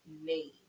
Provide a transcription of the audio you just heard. name